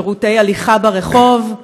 שירותי הליכה ברחוב?